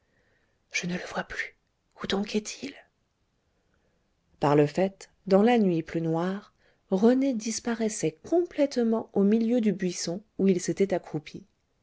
je ne le vois plus où donc est-il par le fait dans la nuit plus noire rené disparaissait complètement an milieu du buisson où il s'était accroupi